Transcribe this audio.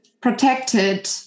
Protected